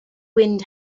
wind